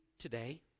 today